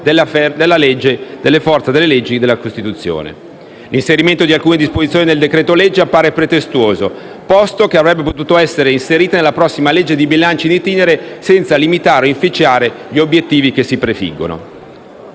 del valore e della forza delle leggi e della Costituzione. L'inserimento di alcune disposizioni nel decreto-legge appare pretestuoso, posto che avrebbero potuto essere inserite nella prossima legge di bilancio *in itinere*, senza limitarne o inficiarne gli obiettivi che si prefiggono.